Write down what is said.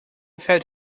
felt